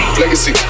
legacy